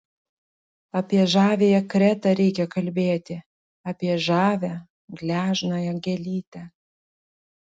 apie žaviąją kretą reikia kalbėti apie žavią gležnąją gėlytę